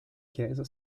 chiesa